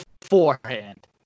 beforehand